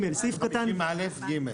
סעיף קטן (ג).